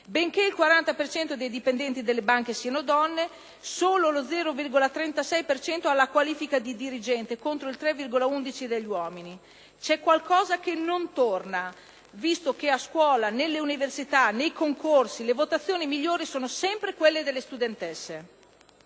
Benché il 40 per cento dei dipendenti delle banche siano donne solo lo 0,36 per cento ha la qualifica di dirigente, contro il 3,11 degli uomini. C'è qualcosa che non torna visto che a scuola, nelle università, nei concorsi, le votazioni migliori sono sempre quelle delle studentesse.